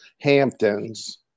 Hamptons